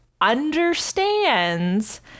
understands